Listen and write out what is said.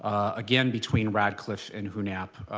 ah again, between radcliffe and hunap,